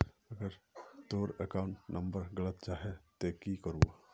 अगर तोर account number गलत जाहा ते की करबो?